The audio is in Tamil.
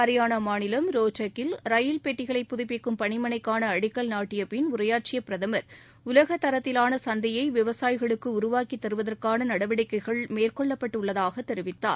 ஹரியானாமாநிலம் ரோட்டக்கில் ரயில் பெட்டிகளை புதுப்பிக்கும் பணிமனைக்கானஅடிக்கல் நாட்டியபின் உரையாற்றியபிரதமர் உலகத் தரத்திலானசந்தையைவிவசாயிகளுக்குஉருவாக்கித் த்ருவதற்கானநடவடிக்கைகள் மேற்கொள்ளப்பட்டுஉள்ளதாகதெரிவித்தார்